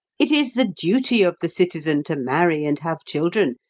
it is the duty of the citizen to marry and have children,